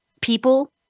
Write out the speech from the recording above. people